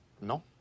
No